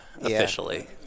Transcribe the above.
officially